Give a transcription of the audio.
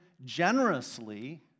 generously